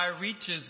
reaches